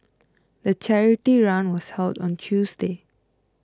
the charity run was held on a Tuesday